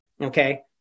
Okay